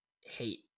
hate